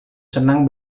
senang